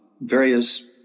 various